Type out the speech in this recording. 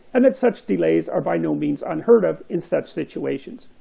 and that such delays are by no means unheard of in such situations.